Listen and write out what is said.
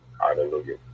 Hallelujah